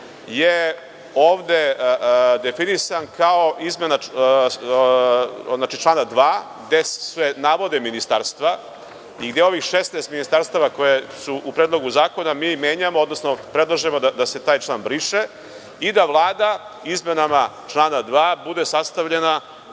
je ovde definisan kao izmena člana 2. gde se navode ministarstva i gde ovih 16 ministarstava, koji su u Predlogu zakona, mi menjamo i predlažemo da se taj član briše i da Vlada izmenama člana 2. bude sastavljena od